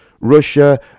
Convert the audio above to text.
Russia